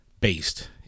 based